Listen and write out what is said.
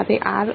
સાથે અને